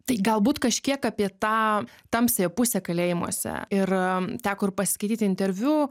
tai galbūt kažkiek apie tą tamsiąją pusę kalėjimuose ir teko ir pasiskaityti interviu